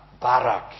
Barak